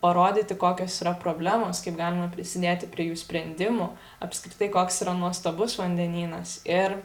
parodyti kokios yra problemos kaip galima prisidėti prie jų sprendimų apskritai koks yra nuostabus vandenynas ir